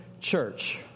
church